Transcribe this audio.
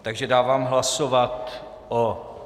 Takže dávám hlasovat o...